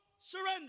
surrender